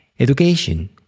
Education